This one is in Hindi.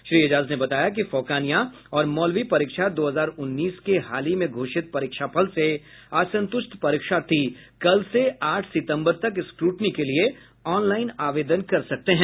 श्री एजाज ने बताया कि फौकानिया और मौलवी परीक्षा दो हजार उन्नीस के हाल ही में घोषित परीक्षाफल से असंतुष्ट परीक्षार्थी कल से आठ सितंबर तक स्क्रूटनी के लिए ऑनलाईन आवेदन कर सकते हैं